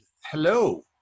hello